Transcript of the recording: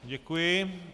Děkuji.